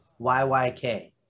YYK